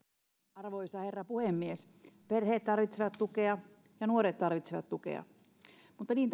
arvoisa herra puhemies perheet tarvitsevat tukea ja nuoret tarvitsevat tukea mutta niin